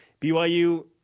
BYU